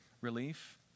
relief